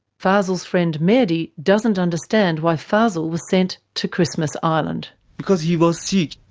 fazel's friend mehdi doesn't understand why fazel was sent to christmas ah and because he was sick.